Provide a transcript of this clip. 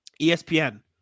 ESPN